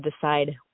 decide